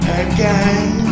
again